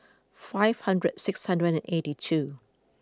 five hundres six hundred and eighty two